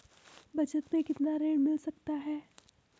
बचत मैं कितना ऋण मिल सकता है?